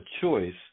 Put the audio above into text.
choice